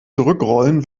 zurückrollen